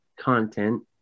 content